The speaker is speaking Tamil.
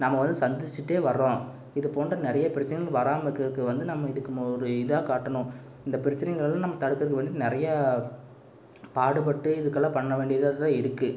நம்ம வந்து சந்திச்சிகிட்டே வர்றோம் இது போன்ற நிறையப் பிரச்சனைகள் வராமல் இருக்கிறதுக்கு வந்து நம்ம இதுக்கும் ஒரு இதாக் காட்டணும் இந்தப் பிரச்சனைகளெல்லாம் நம்ம தடுக்கிறதுக்கு வந்து நிறையா பாடுபட்டு இதுக்கெல்லாம் பண்ணவேண்டியதாதான் இருக்குது